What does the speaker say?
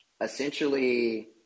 essentially